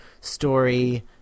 story